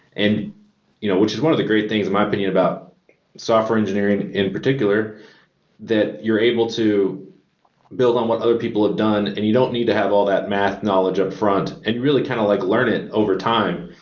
and you know which is one of the great thing in my opinion about software engineering in particular that you're able to build on what other people have done and you don't need to have all that math knowledge upfront and you really kind of like learn it over time.